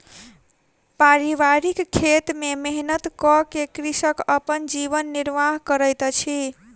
पारिवारिक खेत में मेहनत कअ के कृषक अपन जीवन निर्वाह करैत अछि